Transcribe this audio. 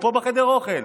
הוא פה בחדר האוכל.